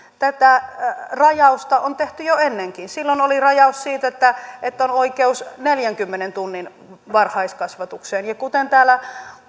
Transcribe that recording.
tätä rajausta on tehty jo ennenkin silloin oli rajaus että on oikeus neljänkymmenen tunnin varhaiskasvatukseen kuten täällä